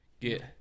Get